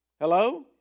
Hello